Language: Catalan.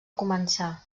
començar